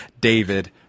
David